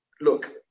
look